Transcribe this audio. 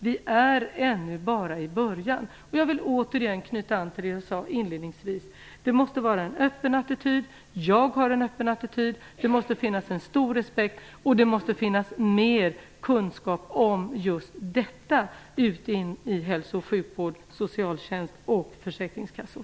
Vi är ännu bara i början av detta. Jag vill återigen knyta an till det jag sade inledningsvis. Det måste vara en öppen attityd. Jag har en öppen attityd. Det måste finnas en stor respekt, och det måste finnas mer kunskap om just detta ute i hälso och sjukvård, socialtjänst och försäkringskassor.